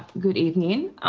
good evening.